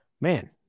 man